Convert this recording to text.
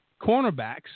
cornerbacks